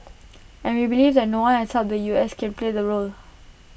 and we believe that no one else except the U S can play the role